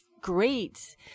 great